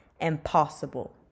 impossible